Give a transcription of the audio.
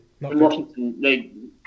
Washington